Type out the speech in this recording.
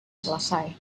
selesai